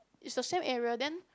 it's a same area then